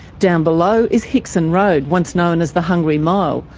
down below is hickson road, once known as the hungry mile,